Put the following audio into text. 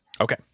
Okay